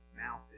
Mouth